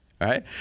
right